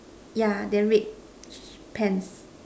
yeah then red pants